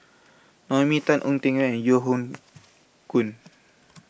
Naomi Tan Ong Tiong and Yeo Hoe Koon